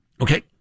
Okay